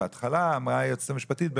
בהתחלה אמרה היועצת המשפטית,